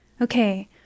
Okay